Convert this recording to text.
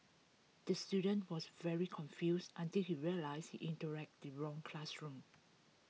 the student was very confused until he realised he interact the wrong classroom